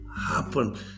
happen